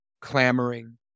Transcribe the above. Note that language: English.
clamoring